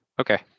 Okay